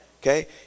Okay